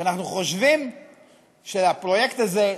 כי אנחנו חושבים שהפרויקט הזה,